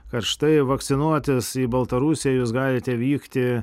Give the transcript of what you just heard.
kad štai vakcinuotis į baltarusiją jūs galite vykti